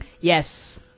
Yes